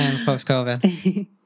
post-covid